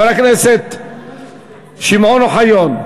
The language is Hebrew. חבר הכנסת שמעון אוחיון.